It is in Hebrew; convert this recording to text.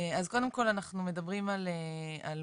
אז, קודם כל, אנחנו מדברים על מוצר,